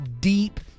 deep